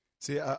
See